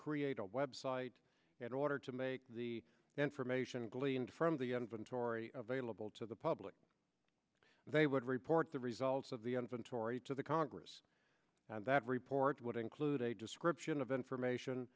create a website and order to make the information gleaned from the inventory of a level to the public they would report the results of the inventory to the congress and that report would include a description of information